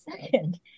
Second